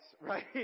right